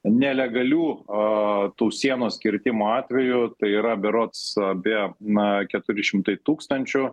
nelegalių o tų sienos kirtimo atvejų tai yra berods apie na keturi šimtai tūkstančių